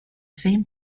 same